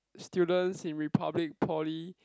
students in Republic Poly